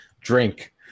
drink